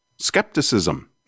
Skepticism